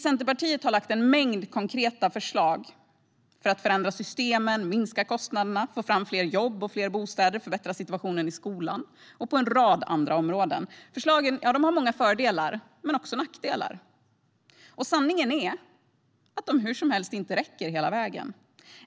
Centerpartiet har lagt fram en mängd konkreta förslag för att förändra systemen, minska kostnaderna, få fram fler jobb och fler bostäder, förbättra situationen i skolan och på en rad andra områden. Förslagen har många fördelar men också nackdelar. Sanningen är att de hur som helst inte räcker hela vägen.